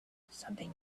something